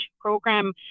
program